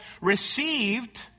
received